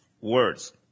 words